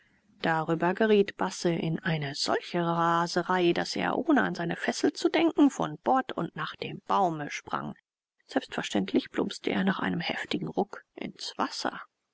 darüber geriet basse in eine solche raserei daß er ohne an seine fessel zu denken von bord und nach dem baume sprang selbstverständlich plumpste er nach einem heftigen ruck ins wasser